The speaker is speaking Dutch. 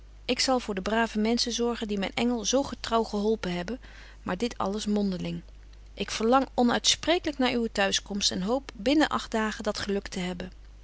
ik zal voor de brave menschen zorgen die myn engel zo getrouw geholpen hebbetje wolff en aagje deken historie van mejuffrouw sara burgerhart ben maar dit alles mondeling ik verlang onuitspreeklyk naar uwe t'huis komst en hoop binnen agt dagen dat geluk te hebben